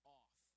off